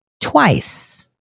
twice